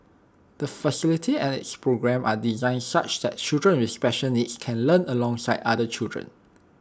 the facility and its programme are designed such that children with special needs can learn alongside other children